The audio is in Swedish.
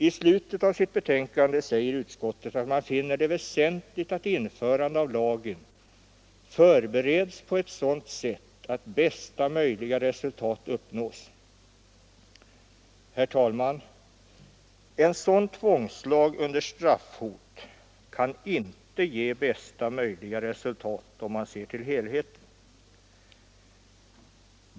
I slutet av sitt betänkande säger utskottet att man finner det väsentligt att införandet av lagen förbereds på ett sådant sätt att bästa möjliga resultat uppnås. Herr talman! En sådan tvångslag under straffhot kan inte ge bästa möjliga resultat om man ser till helheten.